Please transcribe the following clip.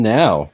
now